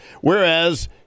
whereas